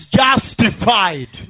justified